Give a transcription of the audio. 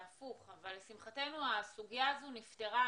לשמחתנו, הסוגיה הזאת נפתרה.